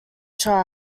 trial